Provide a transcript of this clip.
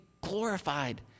glorified